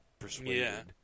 persuaded